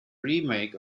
remake